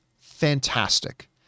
fantastic